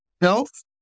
health